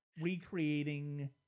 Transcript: recreating